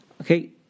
Okay